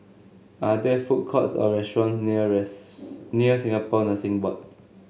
are there food courts or restaurant near near Singapore Nursing Board